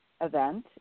Event